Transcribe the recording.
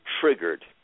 triggered